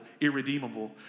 irredeemable